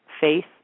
faith